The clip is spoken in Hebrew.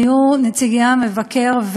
היו נציגי המבקר,